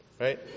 right